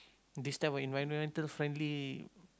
this type of environmental friendly